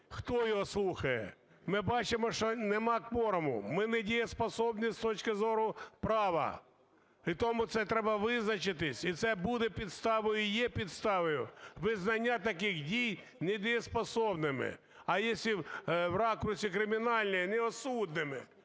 хто його слухає. Ми бачимо, що нема кворуму, ми недієздатні, з точки зору права, і тому це треба визначитися, і це буде підставою, і є підставою визнання таких дій недієздатними. А якщо в ракурсі кримінальному, неосудними,